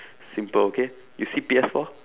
simple okay you see P_S four